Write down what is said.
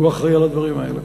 הוא אחראי לדברים האלה.